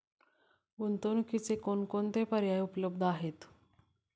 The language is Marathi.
गुंतवणुकीचे कोणकोणते पर्याय उपलब्ध आहेत?